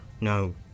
No